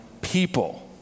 people